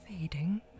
fading